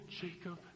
Jacob